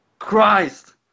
Christ